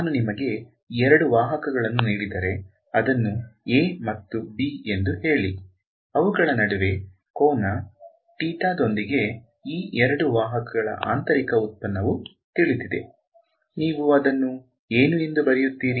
ನಾನು ನಿಮಗೆ ಎರಡು ವಾಹಕಗಳನ್ನು ನೀಡಿದರೆಅದನ್ನು a ಮತ್ತು b ಎಂದು ಹೇಳಿ ಅವುಗಳ ನಡುವೆ ಕೋನ ಥೀಟಾದೊಂದಿಗೆ ಈ ಎರಡು ವಾಹಕಗಳ ಆಂತರಿಕ ಉತ್ಪನ್ನವು ತಿಳಿದಿದೆ ನೀವು ಅದನ್ನು ಏನು ಎಂದು ಬರೆಯುತ್ತೀರಿ